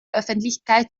öffentlichkeit